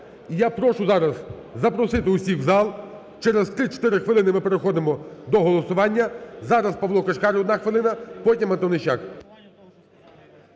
я прошу зараз запросити всіх в зал. Через 3-4 хвилини ми переходимо до голосування. Зараз Павло Кишкар, одна хвилина. Потім – Антонищак.